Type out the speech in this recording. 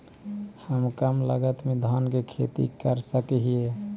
हम कम लागत में धान के खेती कर सकहिय?